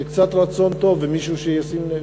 וקצת רצון טוב ומישהו שישים לב.